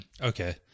Okay